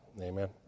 Amen